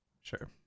Sure